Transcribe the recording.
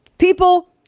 People